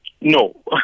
No